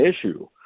issue